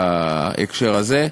בהקשר הזה.